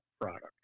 product